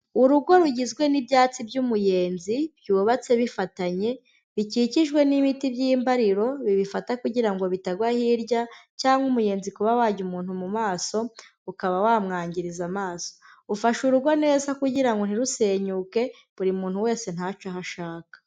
Urugo rugizwe n'ibyatsi by'umuyenzi byubatse bifatanye, bikikijwe n'ibiti by'imbariro bibifata kugira ngo bitagwa hirya, cyangwa umuyenzi kuba wajya umuntu mu maso ukaba wamwangiriza amaso, ufashe urugo neza kugira ngo ntirusenyuke, buri muntu wese ntace aho ashaka.